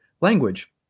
language